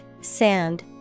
sand